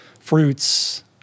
fruits